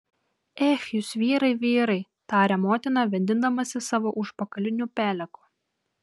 ech jūs vyrai vyrai tarė motina vėdindamasi savo užpakaliniu peleku